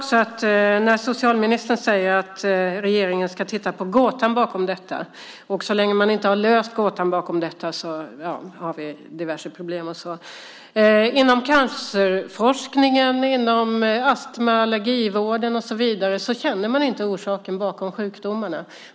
Socialministern säger att regeringen ska titta på gåtan bakom detta och att vi har problem så länge man inte har löst gåtan. Inom cancerforskningen och inom astma och allergivården känner man inte till orsaken bakom sjukdomarna.